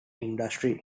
industry